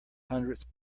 hundredth